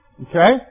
Okay